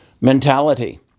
mentality